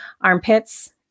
armpits